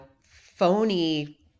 phony